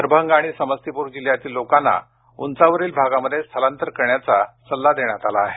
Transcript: दरभंगा आणि समस्तीपुर जिल्ह्यांतील लोकांना उंचावरील भागांमध्ये स्थलांतर करण्याचा सल्ला देण्यात आला आहे